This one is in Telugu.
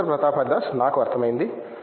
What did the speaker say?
ప్రొఫెసర్ ప్రతాప్ హరిదాస్ నాకు అర్థమైంది